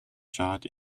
shot